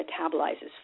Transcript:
metabolizes